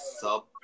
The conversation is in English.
sub